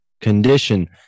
condition